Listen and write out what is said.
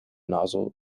nozzle